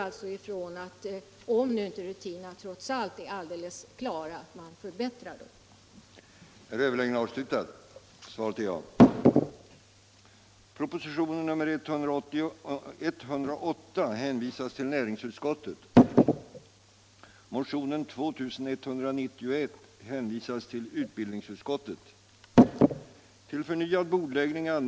Jag utgår från att, om nu rutinerna trots allt inte är riktigt tillfredsställande, man kommer att förbättra dessa.